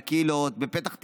לקהילות בפתח תקווה,